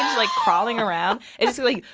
like, crawling around. it was, like,